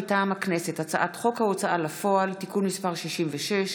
מטעם הכנסת: הצעת חוק ההוצאה לפועל (תיקון מס' 66)